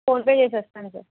phone pay చేసేస్తాను sir